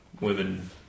women